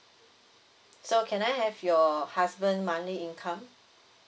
so can I have your husband monthly income